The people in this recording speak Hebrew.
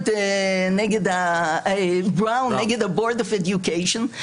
בראון נגד ה-בולד אוף אדיוקיישן,